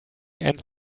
end